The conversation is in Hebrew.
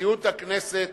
נשיאות הכנסת